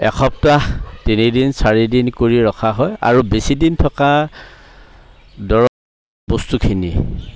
এসপ্তাহ তিনিদিন চাৰিদিন কৰি ৰখা হয় আৰু বেছিদিন থকা দৰৱ বস্তুখিনি